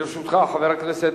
לרשותך, חבר הכנסת,